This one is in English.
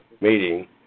meeting